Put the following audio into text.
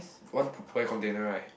one tupperware container right